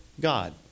God